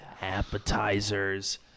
Appetizers